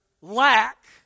lack